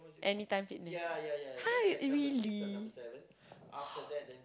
Anytime-Fitness !huh! really!wow!